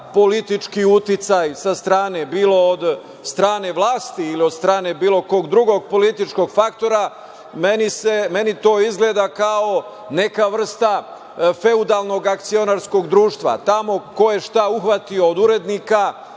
politički uticaj sa strane, bilo od strane vlasti ili od strane bilo kog drugog političkog faktora. Meni to izgleda kao neka vrsta feudalnog akcionarskog društva. Tamo ko je šta uhvatio od urednika